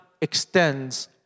extends